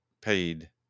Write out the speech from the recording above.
paid